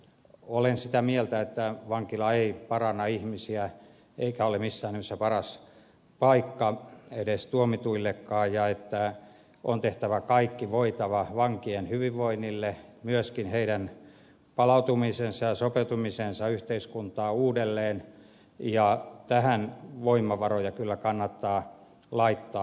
olen sitä mieltä että vankila ei paranna ihmisiä eikä ole missään nimessä paras paikka tuomituillekaan ja että on tehtävä kaikki voitava vankien hyvinvoinnin eteen myöskin heidän palautumisensa ja yhteiskuntaan uudelleen sopeutumisensa eteen ja tähän voimavaroja kyllä kannattaa laittaa